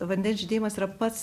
vandens žydėjimas yra pats